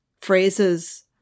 phrases